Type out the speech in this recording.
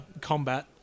combat